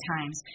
Times